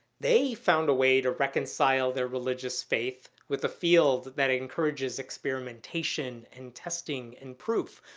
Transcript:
they found a way to reconcile their religious faith with a field that encourages experimentation and testing and proof.